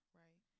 right